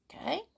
okay